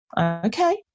okay